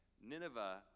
Nineveh